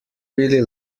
really